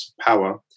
power